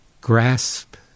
grasp